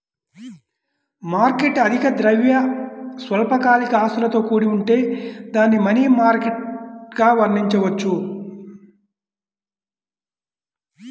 market అధిక ద్రవ, స్వల్పకాలిక ఆస్తులతో కూడి ఉంటే దానిని మనీ మార్కెట్గా వర్ణించవచ్చు